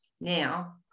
now